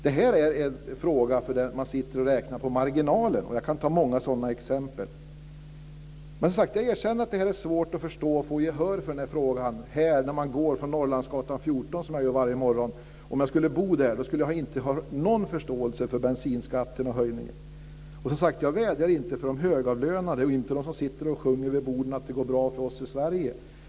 Detta är en fråga där det handlar om marginaler. Jag har många sådana exempel. Jag erkänner att det är svårt att få gehör för frågan på sträckan från Norrlandsgatan 14 - som jag går från varje morgon. Om jag bodde där skulle jag inte ha någon förståelse för problemen med höjningen av bensinskatten. Jag vädjar inte för de högavlönade, för dem som sitter vid borden och sjunger att det går bra för oss i Sverige.